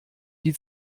die